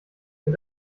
mit